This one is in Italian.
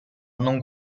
non